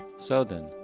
so then,